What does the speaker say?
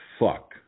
fuck